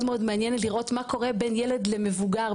מעניינת לראות מה קורה בין ילד למבוגר,